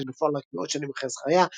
שהתרחש בפועל רק מאות שנים אחרי זכריה,